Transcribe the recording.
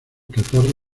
catarro